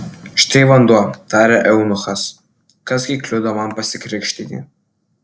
štai vanduo tarė eunuchas kas gi kliudo man pasikrikštyti